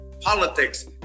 politics